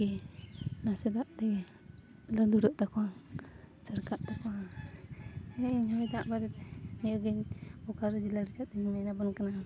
ᱜᱮ ᱱᱟᱥᱮ ᱫᱟᱜ ᱛᱮᱜᱮ ᱞᱟᱹᱫᱩᱲᱟᱹᱜ ᱛᱟᱠᱚᱣᱟ ᱥᱮᱨᱠᱟᱜ ᱛᱟᱠᱚᱣᱟ ᱦᱮᱸ ᱤᱧ ᱦᱚᱸ ᱫᱟᱜ ᱵᱟᱨᱮ ᱨᱮ ᱱᱤᱭᱟᱹᱜᱮᱧ ᱵᱳᱠᱟᱨᱳ ᱡᱮᱞᱟ ᱨᱮ ᱪᱮᱫ ᱛᱮᱧ ᱢᱮᱱᱵᱚᱱ ᱠᱟᱱᱟ